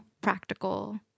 practical